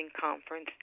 conference